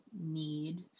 need